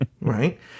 right